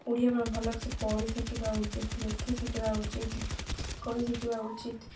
ଓଡ଼ିଆ ପାଇଁ ଭଲ ସେ ପଢ଼ି ଶିଖିବା ଉଚିତ ଲେଖି ଶିଖିବା ଉଚିତ କହି ଶିଖିବା ଉଚିତ